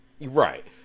Right